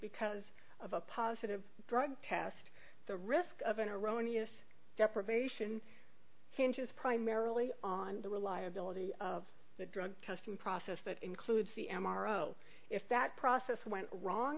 because of a positive drug test the risk of an erroneous deprivation primarily on the reliability of the drug testing process that includes the m r o if that process went wrong